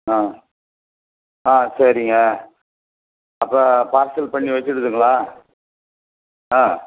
ஆ ஆ சரிங்க அப்போ பார்சல் பண்ணி வைச்சுட்றதுங்களா ஆ